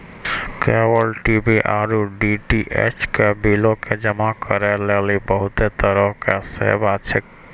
cable TV आरु DTH के बिलो के जमा करै लेली बहुते तरहो के सेवा छै